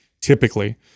typically